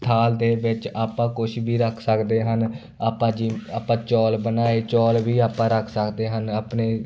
ਥਾਲ ਦੇ ਵਿੱਚ ਆਪਾਂ ਕੁਛ ਵੀ ਰੱਖ ਸਕਦੇ ਹਨ ਆਪਾਂ ਜਿਵ ਆਪਾਂ ਚੌਲ ਬਣਾਏ ਚੌਲ ਵੀ ਆਪਾਂ ਰੱਖ ਸਕਦੇ ਹਨ ਆਪਣੇ